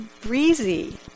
Breezy